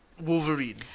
Wolverine